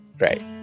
Right